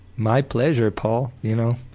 my pleasure, paul, y'know.